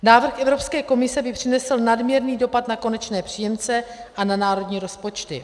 Návrh Evropské komise by přinesl nadměrný dopad na konečné příjemce a na národní rozpočty.